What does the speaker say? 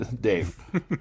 Dave